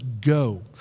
go